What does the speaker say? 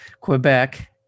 Quebec